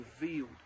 revealed